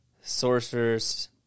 sorcerers